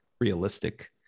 realistic